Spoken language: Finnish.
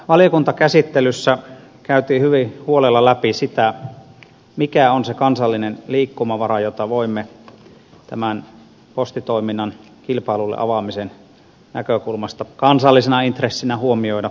valiokuntakäsittelyssä käytiin hyvin huolella läpi sitä mikä on se kansallinen liikkumavara jota voimme postitoiminnan kilpailulle avaamisen näkökulmasta kansallisena intressinä huomioida